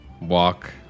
walk